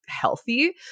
healthy